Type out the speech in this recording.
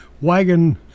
wagon